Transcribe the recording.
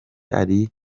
ari